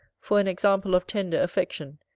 for an example of tender affection,